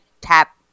tap